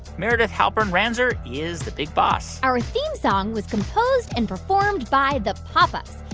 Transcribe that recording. meredith halpern-ranzer is the big boss our theme song was composed and performed by the pop ups.